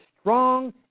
strong